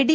D